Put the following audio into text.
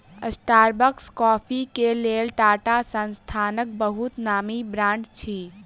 Starbucks coffee के लेल टाटा संस्थानक बहुत नामी ब्रांड अछि